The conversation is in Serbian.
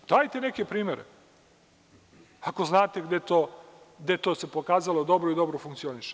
Dajte neke primere, ako znate gde se to pokazalo dobro i dobro funkcioniše.